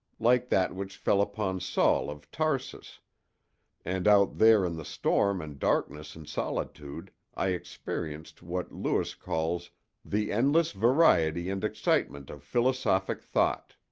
like that which fell upon saul of tarsus and out there in the storm and darkness and solitude i experienced what lewes calls the endless variety and excitement of philosophic thought.